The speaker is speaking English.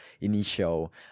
initial